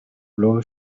blow